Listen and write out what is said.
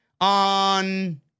on